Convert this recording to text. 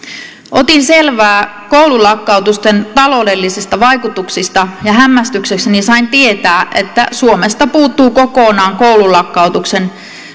otin selvää koululakkautusten taloudellisista vaikutuksista ja hämmästyksekseni sain tietää että suomesta puuttuu kokonaan koululakkautuksen